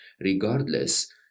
regardless